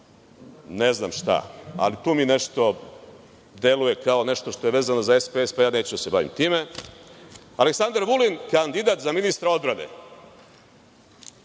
Ne znam šta, ali tu mi nešto deluje kao nešto što je vezano za SPS, pa neću da se bavim time. Aleksandar Vulin, kandidat za ministra odbrane.